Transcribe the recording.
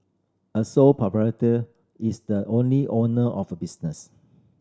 a sole proprietor is the only owner of a business